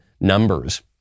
numbers